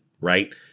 right